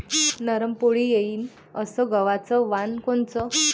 नरम पोळी येईन अस गवाचं वान कोनचं?